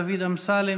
דוד אמסלם,